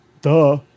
Duh